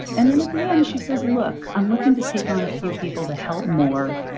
and then at the end she says, look, i'm looking to take on a few people to help more,